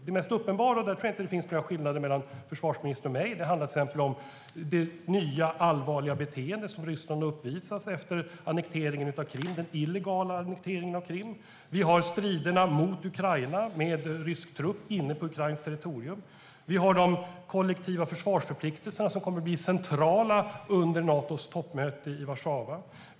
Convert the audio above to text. Det mest uppenbara - där tror jag inte att det finns några skillnader mellan försvarsministern och mig - är till exempel det nya, allvarliga beteende som Ryssland har uppvisat efter den illegala annekteringen av Krim. Vi har striderna mot Ukraina med rysk trupp inne på ukrainskt territorium. Vi har de kollektiva försvarsförpliktelser som kommer att bli centrala under Natos toppmöte i Warszawa.